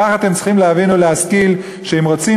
כך אתם צריכים להשכיל ולהבין שאם רוצים